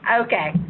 Okay